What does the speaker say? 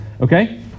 okay